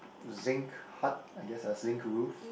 zinc hut I guess a zinc roof